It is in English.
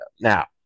Now